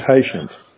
patient